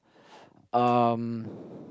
um